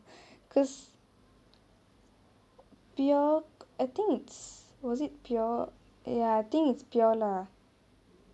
because pure I think it's was it pure ya I think it's pure lah